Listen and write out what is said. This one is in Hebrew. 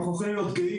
המערכת אתמול נפלה.